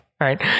Right